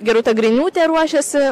gerūta griniūtė ruošiasi